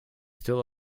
still